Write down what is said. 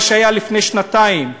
מה שהיה לפני שנתיים בג'לג'וליה: